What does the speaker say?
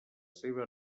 seva